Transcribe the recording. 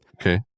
Okay